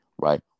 right